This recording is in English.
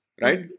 Right